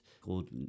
called